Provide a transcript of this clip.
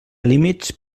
límits